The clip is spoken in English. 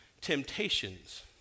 temptations